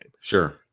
Sure